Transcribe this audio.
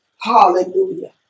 Hallelujah